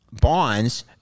bonds